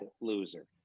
loser